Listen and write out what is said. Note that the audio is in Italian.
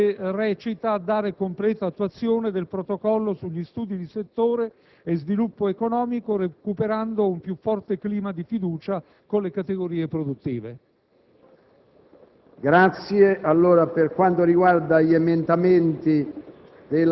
parere favorevole al secondo periodo del dispositivo, che recita: «A dare completa attuazione del Protocollo sugli studi di settore e sviluppo economico, recuperando un più forte clima di fiducia con le categorie produttive».